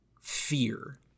fear